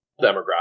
demographic